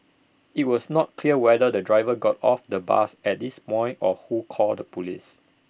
IT was not clear whether the driver got off the bus at this point or who called the Police